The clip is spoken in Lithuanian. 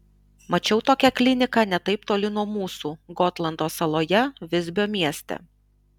mačiau tokią kliniką ne taip toli nuo mūsų gotlando saloje visbio mieste